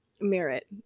merit